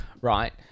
Right